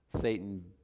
Satan